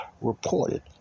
reported